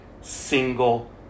single